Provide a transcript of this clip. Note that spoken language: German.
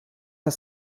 das